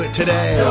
today